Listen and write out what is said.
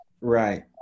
Right